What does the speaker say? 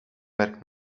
merk